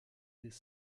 des